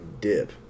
dip